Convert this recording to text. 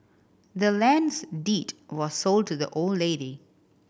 the land's deed was sold to the old lady